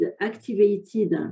activated